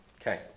Okay